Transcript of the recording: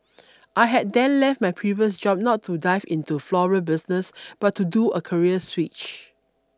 I had then left my previous job not to 'dive' into the floral business but to do a career switch